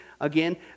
again